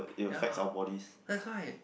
ya that's why